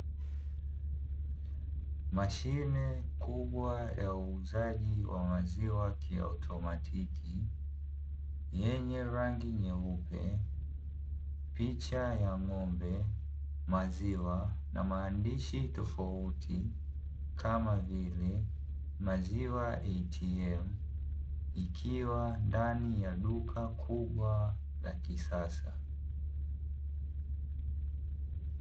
Mashine kubwa ya uuzaji wa maziwa ya kiautomatiki yenye rangi nyeupe, picha ya ng'ombe, maziwa na maandishi tofauti kama vile maziwa "ATM" ikiwa ndani ya duka kubwa la kisasa.